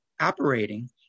operating